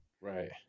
Right